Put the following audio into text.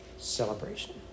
celebration